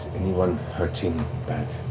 anyone hurting bad?